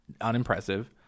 unimpressive